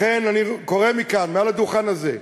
לכן אני קורא מכאן, מעל הדוכן הזה,